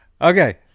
Okay